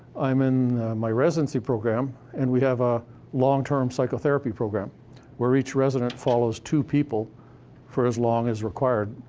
i'm in my residency program, and we have a long-term psychotherapy program where each resident follows two people for as long as required.